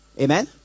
amen